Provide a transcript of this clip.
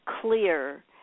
clear